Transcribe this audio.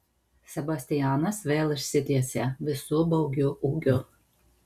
sebastianas vėl išsitiesė visu baugiu ūgiu